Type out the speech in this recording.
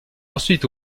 ensuite